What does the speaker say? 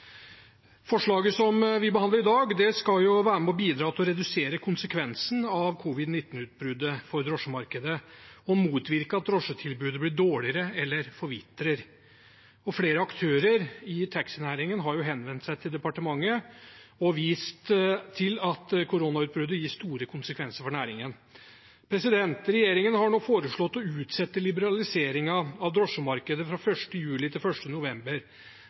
Forslaget vi behandler i dag, skal være med på å redusere konsekvensene av covid-19-utbruddet for drosjemarkedet og motvirke at drosjetilbudet blir dårligere eller forvitrer. Flere aktører i taxinæringen har henvendt seg til departementet og vist til at koronautbruddet gir store konsekvenser for næringen. Regjeringen har nå foreslått å utsette liberaliseringen av drosjemarkedet fra 1. juli til 1. november.